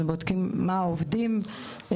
מה העובדים מרגישים,